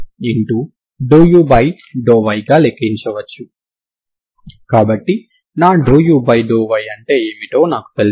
ఇది u1 మరియు u2 లు రెండు వేర్వేరు పరిష్కారాలు కావని చూపిస్తుంది